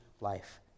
life